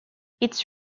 its